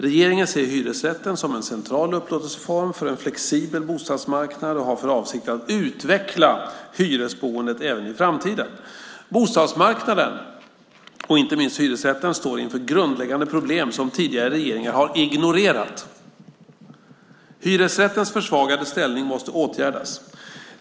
Regeringen ser hyresrätten som en central upplåtelseform för en flexibel bostadsmarknad och har för avsikt att utveckla hyresboendet även i framtiden. Bostadsmarknaden och inte minst hyresrätten står inför grundläggande problem som tidigare regeringar har ignorerat. Hyresrättens försvagade ställning måste åtgärdas.